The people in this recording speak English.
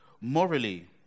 morally